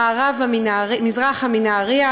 מזרחה מנהריה,